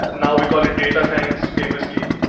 now we call it data science. famously,